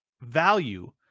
value